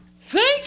Thank